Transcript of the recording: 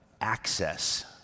access